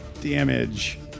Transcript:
damage